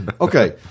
Okay